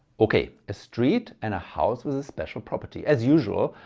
okay a street and a house with a special property. as usual,